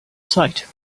sight